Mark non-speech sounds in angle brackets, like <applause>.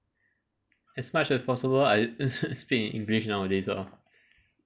as much as possible I <laughs> speak in english nowadays lor